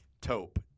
Taupe